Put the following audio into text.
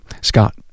Scott